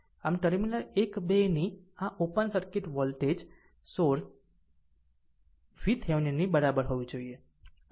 આમ ટર્મિનલ 1 2 ની આ ઓપન સર્કિટ વોલ્ટેજ વોલ્ટેજ સ્ત્રોત VThevenin ની બરાબર હોવી જોઈએ